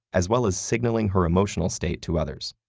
as well as signaling her emotional state to others.